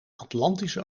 atlantische